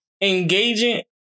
Engaging